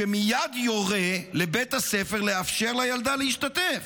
שמייד יורה לבית הספר לאפשר לילדה להשתתף.